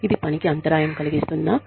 ఇది పనికి అంతరాయం కలిగిస్తుందా